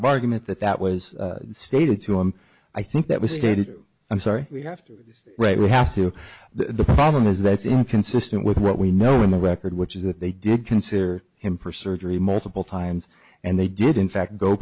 of argument that that was stated to him i think that was stated i'm sorry we have to write we have to the problem is that's inconsistent with what we know in the record which is that they did consider him for surgery multiple times and they did in fact go